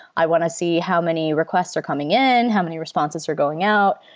i want to see how many requests are coming in. how many responses are going out?